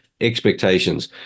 expectations